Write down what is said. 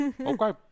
Okay